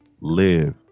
live